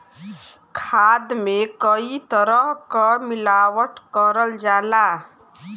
खाद में कई तरे क मिलावट करल जाला